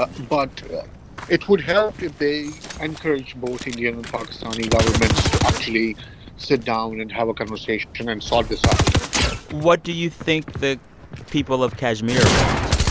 ah but it would help if they encouraged both indian and pakistani governments to actually sit down and have a conversation and um sort this out what do you think the people of kashmir want?